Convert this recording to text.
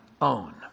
own